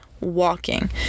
walking